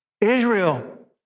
Israel